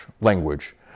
language